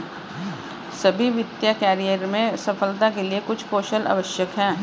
सभी वित्तीय करियर में सफलता के लिए कुछ कौशल आवश्यक हैं